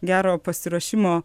gero pasiruošimo